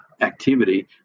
activity